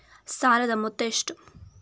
ಸಾಲದ ಮೊತ್ತ ಎಷ್ಟು?